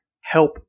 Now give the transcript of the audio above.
Help